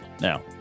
Now